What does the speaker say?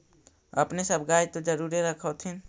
अपने सब गाय तो जरुरे रख होत्थिन?